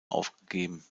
aufgegeben